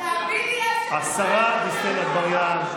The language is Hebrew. השרה דיסטל אטבריאן,